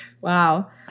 Wow